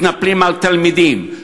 מתנפלים על תלמידים,